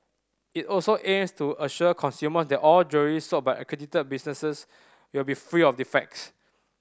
it also aims to assure consumers that all jewellery sold by accredited businesses will be free of defects